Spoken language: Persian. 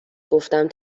گفتم